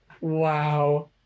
Wow